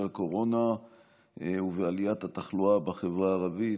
הקורונה ובעליית התחלואה בחברה הערבית.